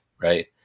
right